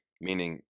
meaning